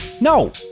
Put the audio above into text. No